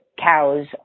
cows